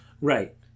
Right